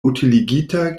utiligita